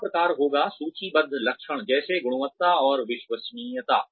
तीसरा प्रकार होगा सूचीबद्ध लक्षण जैसे गुणवत्ता और विश्वसनीयता